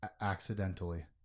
Accidentally